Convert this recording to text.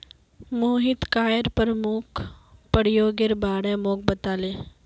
Mohit coir प्रमुख प्रयोगेर बारे मोक बताले